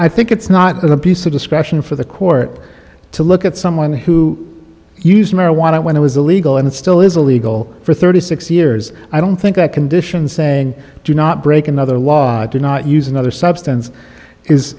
i think it's not going to be so discretion for the court to look at someone who used marijuana when it was illegal and it still is illegal for thirty six years i don't think that condition saying do not break another law to not use another substance is